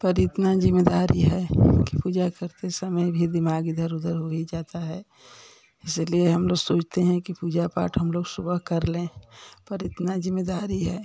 पर इतना जिम्मेदारी है कि पूजा करते समय भी दिमाग इधर उधर हो ही जाता है इसलिए हम लोग सोचते हैं कि पूजा पाठ हम लोग सुबह कर लें पर इतना जिम्मेदारी है